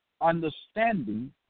understanding